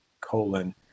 colon